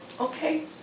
okay